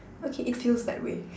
okay it feels that way